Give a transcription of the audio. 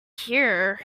here